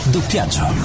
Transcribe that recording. Doppiaggio